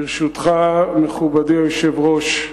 ברשותך, מכובדי היושב-ראש,